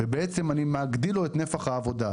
ואני מגדיל לו את נפח העבודה.